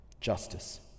justice